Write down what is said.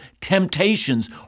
temptations